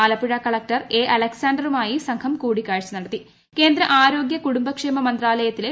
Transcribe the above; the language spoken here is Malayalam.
ആലപ്പുഴ കലക്ടർ എ അലക്സാണ്ടറുമായി സംഘം കൂടിക്കാഴ്ച ആരോഗ്യ കുടുംബക്ഷേമ മന്ത്രാലയത്തിലെ നടത്തി